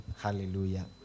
Hallelujah